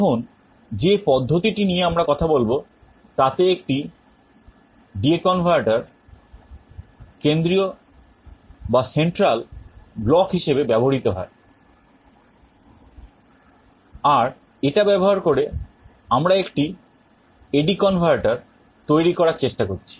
এখন যে পদ্ধতিটি নিয়ে আমরা কথা বলবো তাতে একটি DA converter কেন্দ্রীয় block হিসেবে ব্যবহৃত হয় আর এটা ব্যবহার করে আমরা একটি AD converter তৈরি করার চেষ্টা করছি